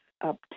up